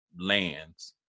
lands